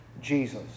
Jesus